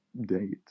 date